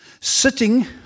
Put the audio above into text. sitting